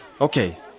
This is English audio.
Okay